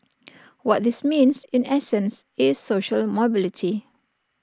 what this means in essence is social mobility